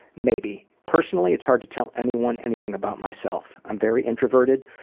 maybe. personally it's hard to tell anyone anything about myself. i'm very introverted.